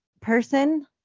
person